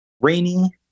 rainy